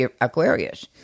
Aquarius